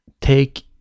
take